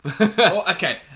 Okay